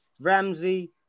Ramsey